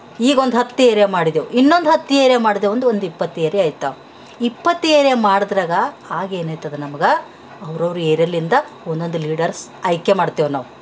ಈಗೊಂದು ಹತ್ತು ಏರ್ಯಾ ಮಾಡಿದೆವು ಇನ್ನೊಂದು ಹತ್ತು ಏರ್ಯಾ ಮಾಡ್ದೇವು ಒಂದು ಒಂದು ಇಪ್ಪತ್ತು ಏರ್ಯಾ ಆಯ್ತು ಇಪ್ಪತ್ತು ಏರ್ಯಾ ಮಾಡಿದ್ರಾಗ ಆಗೇನಾಯ್ತದೆ ನಮ್ಗೆ ಅವರವ್ರ ಏರ್ಯಾಲಿಂದ ಒದೊಂದು ಲೀಡರ್ಸ್ ಆಯ್ಕೆ ಮಾಡ್ತೇವೆ ನಾವು